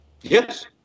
yes